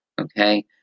Okay